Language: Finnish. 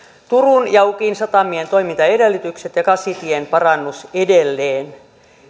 turun ja ukin satamien toimintaedellytykset ja kasitien parannus edelleen